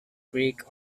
greek